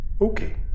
Okay